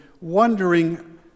wondering